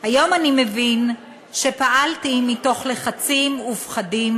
"היום אני מבין שפעלתי מתוך לחצים ופחדים